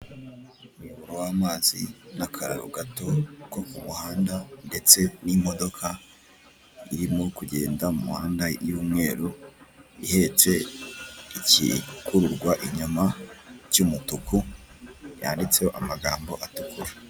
Umuyoboro w'amazi n'akararo gato ko ku muhanda ndetse n'imodoka irimo kugenda mu muhanda y'umweru ihetse ikikururwa inyuma cy'umutuku yanditseho amagambo atukura.